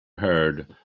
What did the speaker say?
heard